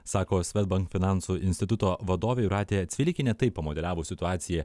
sako swedbank finansų instituto vadovė jūratė cvilikienė tai pamodeliavo situaciją